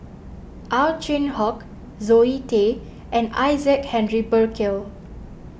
Ow Chin Hock Zoe Tay and Isaac Henry Burkill